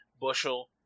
bushel